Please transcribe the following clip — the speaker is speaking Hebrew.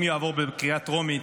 אם הוא יעבור בקריאה טרומית,